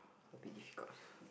a bit difficult